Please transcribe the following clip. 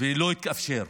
ולא התאפשר,